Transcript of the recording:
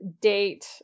date